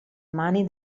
mani